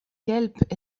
kelb